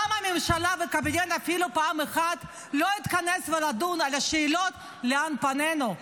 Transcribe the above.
למה הממשלה והקבינט אפילו פעם אחת לא התכנסו ודנו בשאלות: לאן פנינו?